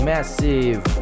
Massive